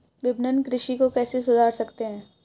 विपणन कृषि को कैसे सुधार सकते हैं?